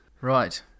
Right